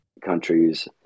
countries